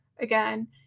again